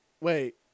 wait